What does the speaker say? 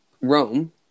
Rome